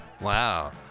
Wow